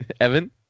Evan